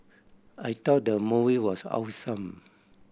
I thought the movie was awesome